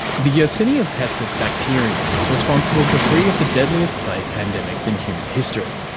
the yersinia pestis bacterium is responsible for three of the deadliest plague pandemics in human history.